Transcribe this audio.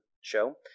show